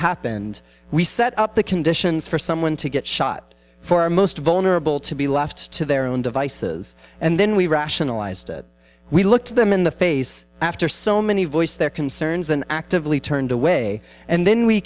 happened we set up the conditions for someone to get shot for our most vulnerable to be left to their own devices and then we rationalized it we look to them in the face after so many voiced their concerns and actively turned away and then we